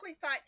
thought